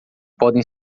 podem